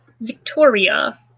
Victoria